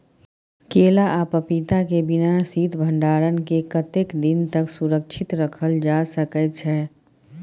केला आ पपीता के बिना शीत भंडारण के कतेक दिन तक सुरक्षित रखल जा सकै छै?